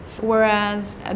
whereas